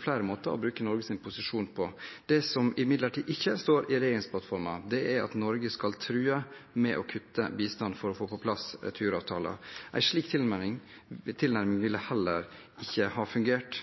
flere måter å bruke Norges posisjon på. Det som imidlertid ikke står i regjeringsplattformen, er at Norge skal true med å kutte bistand for å få på plass returavtaler. En slik tilnærming ville heller ikke ha fungert.